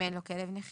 אם אין לו כלב נחיה.